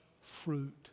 fruit